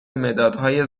مدادهای